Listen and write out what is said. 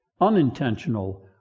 Unintentional